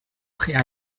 très